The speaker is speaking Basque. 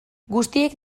guztiek